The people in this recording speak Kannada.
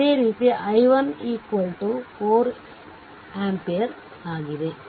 ಇದೇ ರೀತಿ i1 4 ampere ಆಗಿದೆ